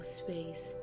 space